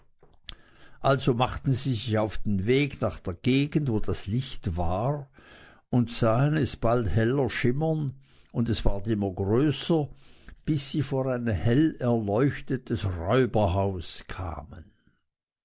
also machten sie sich auf den weg nach der gegend wo das licht war und sahen es bald heller schimmern und es ward immer größer bis sie vor ein hell erleuchtetes räuberhaus kamen